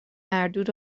مردود